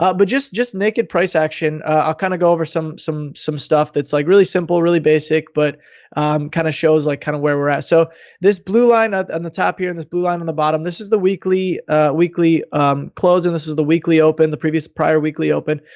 ah but just just making price action, i'll ah kind of go over some some stuff that's like really simple, really basic, but kind of shows like kind of where we're at. so this blue line at and the top here, and this blue line on the bottom, this is the weekly weekly closing. this is the weekly open. the previous prior weekly open.